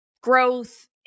growth